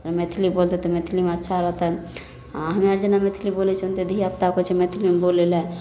मैथिली बोलतै तऽ मैथिलीमे अच्छा रहतै हमे आर जेना मैथिलीमे बोलै छिए ने तऽ धिआपुताके कहै छिए मैथिलीमे बोलैलए